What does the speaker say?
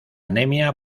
anemia